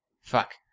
Fuck